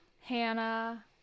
Hannah